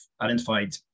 identified